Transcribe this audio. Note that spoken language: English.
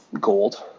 gold